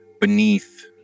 beneath